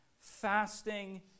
fasting